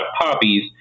poppies